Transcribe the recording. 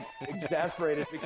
exasperated